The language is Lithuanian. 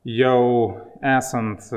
jau esant